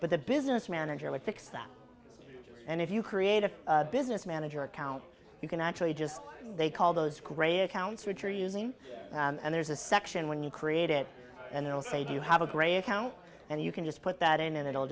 but the business manager would fix that and if you create a business manager account you can actually just they call those grey accounts which are using and there's a section when you create it and they'll say do you have a great account and you can just put that in and it'll